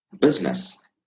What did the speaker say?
business